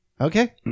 Okay